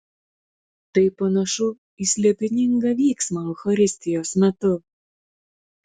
tai panašu į slėpiningą vyksmą eucharistijos metu